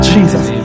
Jesus